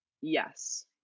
yes